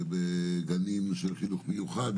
בגנים של חינוך מיוחד,